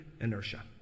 inertia